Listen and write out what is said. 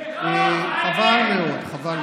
חבל מאוד.